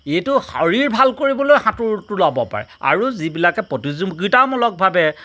এইটো শৰীৰ ভাল কৰিবলৈ সাঁতোৰটো ল'ব পাৰে আৰু যিবিলাকে প্ৰতিযোগিতামূলকভাৱে